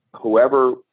whoever